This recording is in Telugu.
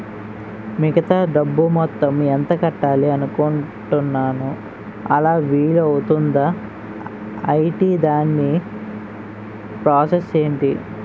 మిగతా డబ్బు మొత్తం ఎంత కట్టాలి అనుకుంటున్నాను అలా వీలు అవ్తుంధా? ఐటీ దాని ప్రాసెస్ ఎంటి?